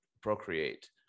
procreate